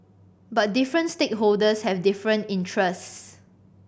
but different stakeholders have different interests